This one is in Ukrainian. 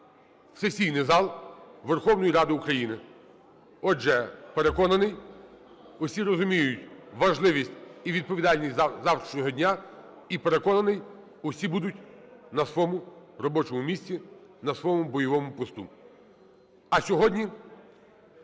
сесійний зал Верховної Ради України. Отже, переконаний, усі розуміють важливість і відповідальність завтрашнього дня і, переконаний, усі будуть на своєму робочому місці, на своєму бойовому посту.